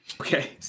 Okay